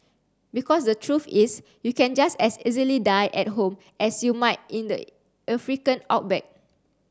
because the truth is you can just as easily die at home as you might in the African outback